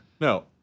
No